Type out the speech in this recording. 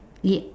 yeah